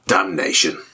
Damnation